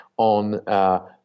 on